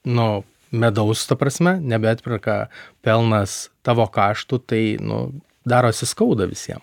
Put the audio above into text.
nu medaus ta prasme nebeatperka pelnas tavo kaštų tai nu darosi skauda visiem